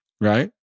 right